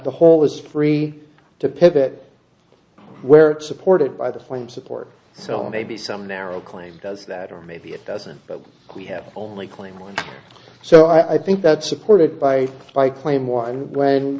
the hole is free to pivot where supported by the flame support so maybe some narrow claim does that or maybe it doesn't but we have only claimed so i think that's supported by my claim one when